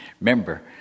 Remember